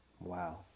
Wow